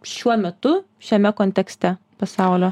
šiuo metu šiame kontekste pasaulio